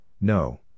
no